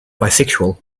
bisexual